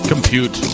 compute